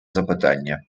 запитання